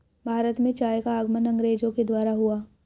भारत में चाय का आगमन अंग्रेजो के द्वारा हुआ